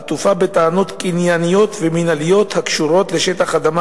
העטופה בטענות קנייניות ומינהליות הקשורות לשטח אדמה